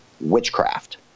witchcraft